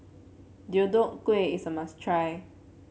Deodeok Gui is a must try